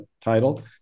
title